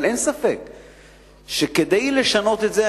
אבל אין ספק שכדי לשנות את זה,